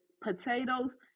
potatoes